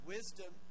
Wisdom